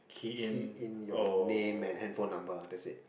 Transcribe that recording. K in your name and handphone number that's it